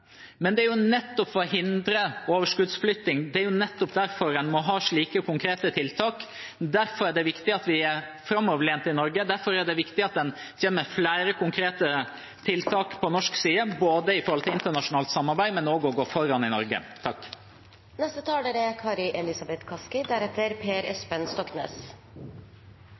Men det er nettopp for å hindre overskuddsflytting – det er jo nettopp derfor – en må ha slike konkrete tiltak. Derfor er det viktig at vi er framoverlent i Norge, derfor er det viktig at en kommer med flere konkrete tiltak fra norsk side både når det gjelder internasjonalt samarbeid, og når det gjelder å gå foran.